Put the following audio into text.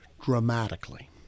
dramatically